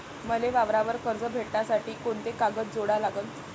मले वावरावर कर्ज भेटासाठी कोंते कागद जोडा लागन?